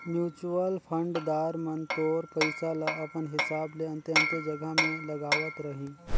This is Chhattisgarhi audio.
म्युचुअल फंड दार मन तोर पइसा ल अपन हिसाब ले अन्ते अन्ते जगहा में लगावत रहीं